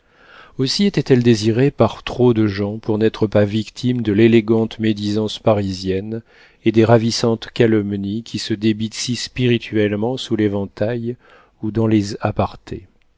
aussi était-elle désirée par trop de gens pour n'être pas victime de l'élégante médisance parisienne et des ravissantes calomnies qui se débitent si spirituellement sous l'éventail ou dans les